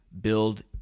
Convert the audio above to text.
build